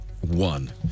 one